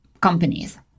companies